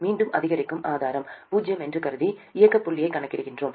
மீண்டும் அதிகரிக்கும் ஆதாரம் பூஜ்ஜியம் என்று கருதி இயக்கப் புள்ளியைக் கணக்கிடுகிறோம்